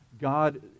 God